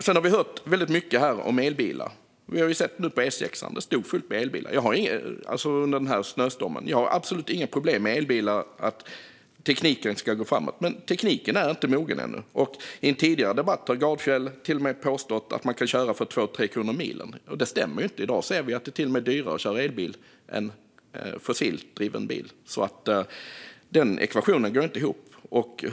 Sedan har vi hört väldigt mycket här om elbilar. Vi har nu sett på E6:an. Där stod fullt med elbilar under snöstormen. Jag har absolut inte något problem med elbilar och att tekniken ska gå framåt. Men tekniken är inte mogen ännu. I en tidigare debatt har Gardfjell till och med påstått att man kan köra för mellan 2 och 3 kronor milen. Det stämmer inte. I dag ser vi att det är till och med dyrare att köra elbil än fossildriven bil. Den ekvationen går inte ihop.